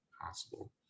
possible